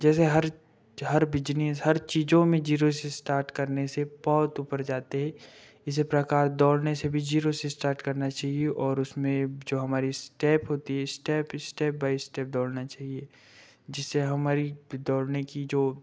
जैस हर हर बिज़नेस हर चीज़ों में ज़ीरो से स्टार्ट करने से बहुत ऊपर जाते हैं इसी प्रकार दौड़ने से भी ज़ीरो से स्टार्ट करना चाहिए और उसमें जो हमारी स्टेप होती है स्टेप स्टेप बाई स्टेप दौड़ना चाहिए जिससे हमारे पी दौड़ने की जो